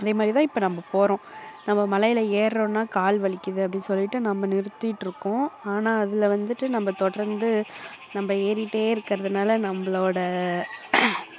அதே மாதிரி தான் இப்போ நம்ம போகிறோம் நம்ம மலையில் ஏறுகிறோன்னா கால் வலிக்குது அப்டின்னு சொல்லிட்டு நம்ம நிறுத்திட்டுருக்கோம் ஆனால் அதில் வந்துட்டு நம்ம தொடர்ந்து நம்ம ஏறிட்டே இருக்கிறதுனால நம்மளோட